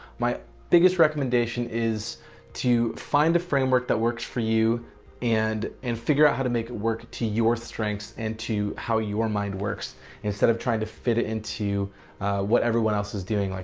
my biggest recommendation is to find a framework that works for you and and figure out how to make it work to your strengths and to how your mind works instead of trying to fit it into what everyone else is doing. like